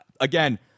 again